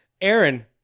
Aaron